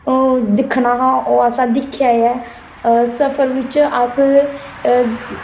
ओह् दिक्खना हा ओह् असें दिक्खेआ ऐ सफर बिच अस